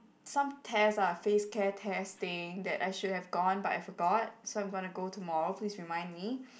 some test ah face care test thing that I should have gone but I forgot so I am gonna go tomorrow please remind me